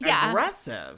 aggressive